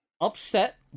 upset